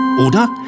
Oder